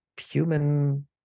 human